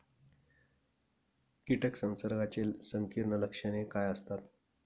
कीटक संसर्गाची संकीर्ण लक्षणे काय असतात?